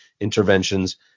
interventions